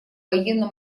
военно